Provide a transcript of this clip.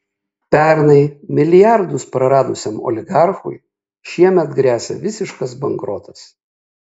pernai milijardus praradusiam oligarchui šiemet gresia visiškas bankrotas